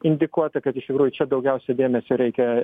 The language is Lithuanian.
indikuota kad iš tikrųjų čia daugiausiai dėmesio reikia